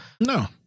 no